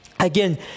again